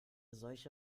solche